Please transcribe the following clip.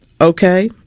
Okay